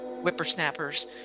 whippersnappers